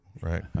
right